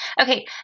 Okay